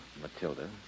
Matilda